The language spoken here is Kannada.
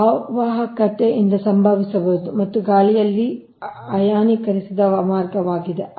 ಆದ್ದರಿಂದ ಇದು ಅವಾಹಕದಾದ್ಯಂತ ಸಂಭವಿಸಬಹುದು ಮತ್ತು ಗಾಳಿಯಲ್ಲಿ ಅಯಾನೀಕರಿಸಿದ ಮಾರ್ಗವಾಗಿದೆ